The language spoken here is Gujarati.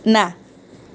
ના